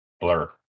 Blur